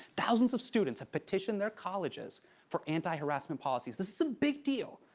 thousands of students have petitioned their colleges for anti-harassment policies. this is a big deal,